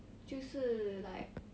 就是 like